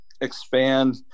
expand